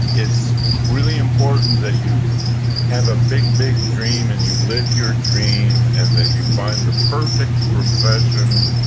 it's really important that you have a big, big dream and you live your dream and that you find the perfect profession,